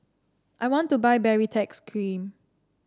I want to buy Baritex Cream